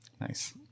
nice